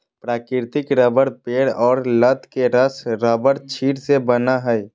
प्राकृतिक रबर पेड़ और लत के रस रबरक्षीर से बनय हइ